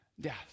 death